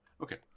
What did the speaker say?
Okay